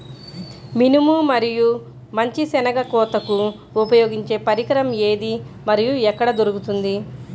మినుము మరియు మంచి శెనగ కోతకు ఉపయోగించే పరికరం ఏది మరియు ఎక్కడ దొరుకుతుంది?